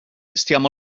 stiamo